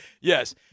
Yes